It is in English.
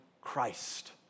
Christ